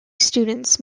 students